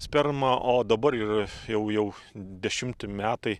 sperma o dabar ir jau jau dešimti metai